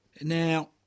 Now